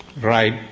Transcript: right